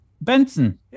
Benson